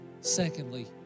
Secondly